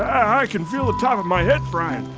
i can feel the top of my head frying ah,